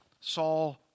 Saul